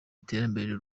iterambere